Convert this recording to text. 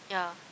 ya